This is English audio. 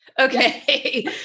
Okay